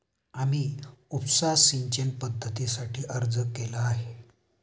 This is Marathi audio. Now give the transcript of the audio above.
आम्ही उपसा सिंचन पद्धतीसाठी अर्ज केला आहे